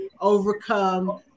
Overcome